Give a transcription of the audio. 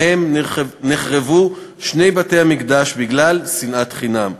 שבהם נחרבו שני בתי-המקדש בגלל שנאת חינם.